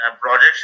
projects